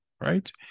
right